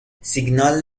سیگنال